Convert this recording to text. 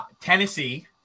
Tennessee